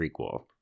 prequel